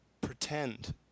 pretend